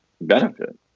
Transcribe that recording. benefit